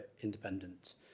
independent